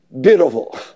beautiful